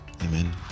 Amen